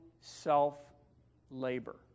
self-labor